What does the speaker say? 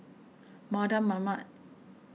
Mardan Mamat